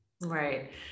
Right